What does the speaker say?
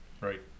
Right